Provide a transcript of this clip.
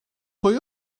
pwy